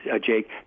Jake